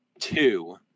two